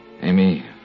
Amy